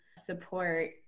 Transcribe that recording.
support